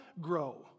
grow